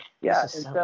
Yes